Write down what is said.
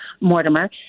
Mortimer